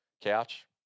Couch